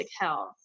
health